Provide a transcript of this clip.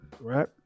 right